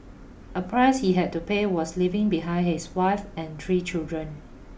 a price he had to pay was leaving behind his wife and three children